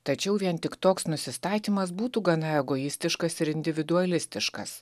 tačiau vien tik toks nusistatymas būtų gana egoistiškas ir individualistiškas